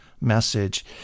message